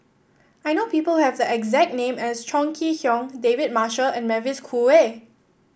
I know people who have the exact name as Chong Kee Hiong David Marshall and Mavis Khoo Oei